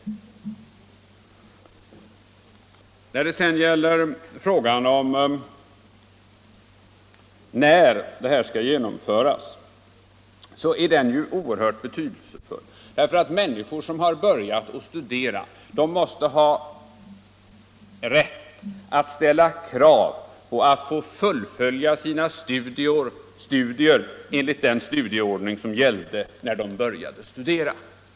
Sedan är naturligtvis också frågan när detta förslag skall genomföras oerhört betydelsefull, därför att människor som har börjat studera måste ha rätt att ställa krav på att få fullfölja sina studier enligt den studieordning som gällde när de började studera.